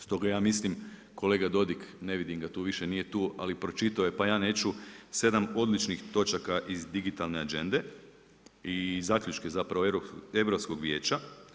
Stoga ja mislim, kolega Dodig, ne vidim ga tu, više nije tu ali pročitao je pa ja neću, 7 odličnih točaka iz digitalne Agende i zaključke zapravo Europskog vijeća.